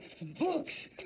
books